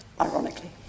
ironically